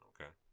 Okay